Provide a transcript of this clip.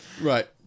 Right